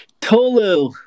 Tolu